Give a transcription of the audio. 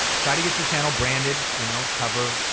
try to get your channel branded, you know cover,